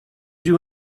you